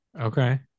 Okay